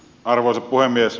arvoisa puhemies